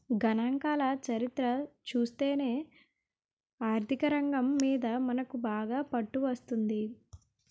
గణాంకాల చరిత్ర చూస్తేనే ఆర్థికరంగం మీద మనకు బాగా పట్టు వస్తుంది